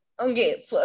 Okay